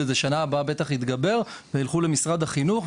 וזה שנה הבאה בטח יתגבר וילכו למשרד החינוך,